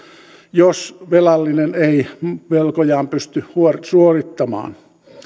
jos velallinen ei velkojaan pysty suorittamaan